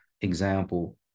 example